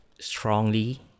strongly